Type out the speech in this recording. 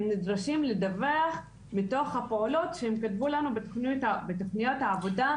הם נדרשים לדווח מתוך הפעולות שהם פירטו לנו בתכניות העבודה,